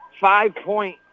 five-point